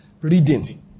Reading